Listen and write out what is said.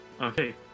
okay